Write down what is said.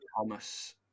Thomas